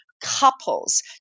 couples